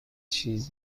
چیز